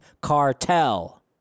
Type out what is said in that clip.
cartel